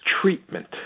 treatment